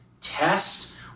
test